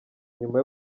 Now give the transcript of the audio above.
nyuma